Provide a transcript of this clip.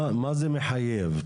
מה זה מחייב?